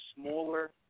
smaller